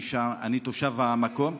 אני תושב המקום,